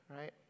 right